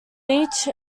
leach